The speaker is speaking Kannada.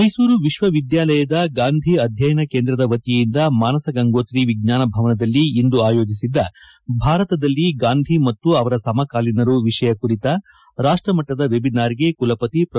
ಮೈಸೂರು ವಿಶ್ವವಿದ್ಯಾಲಯದ ಗಾಂಧಿ ಅಧ್ಯಯನ ಕೇಂದ್ರದ ವತಿಯಿಂದ ಮಾನಸಗಂಗೋತ್ರಿ ವಿಜ್ಞಾನಭವನದಲ್ಲಿ ಇಂದು ಆಯೋಜಿಸಿದ್ದ ಭಾರತದಲ್ಲಿ ಗಾಂಧಿ ಮತ್ತು ಅವರ ಸಮಕಾಲೀನರು ವಿಷಯ ಕುರಿತ ರಾಷ್ಟ ಮಟ್ಟದ ವೆಬಿನಾರ್ಗೆ ಕುಲಪತಿ ಪ್ರೊ